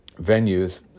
venues